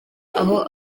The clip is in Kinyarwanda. aho